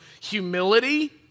humility